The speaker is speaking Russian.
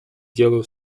делу